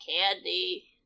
candy